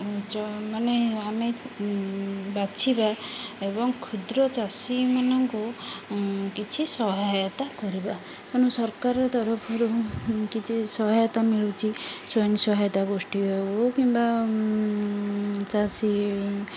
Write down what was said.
ମାନେ ଆମେ ବାଛିବା ଏବଂ କ୍ଷୁଦ୍ର ଚାଷୀମାନଙ୍କୁ କିଛି ସହାୟତା କରିବା ତେଣୁ ସରକାର ତରଫରୁ କିଛି ସହାୟତା ମିଳୁଚି ସ୍ୱୟଂ ସହାୟତା ଗୋଷ୍ଠୀ ହେଉ କିମ୍ବା ଚାଷୀ